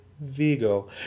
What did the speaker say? vigo